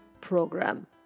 program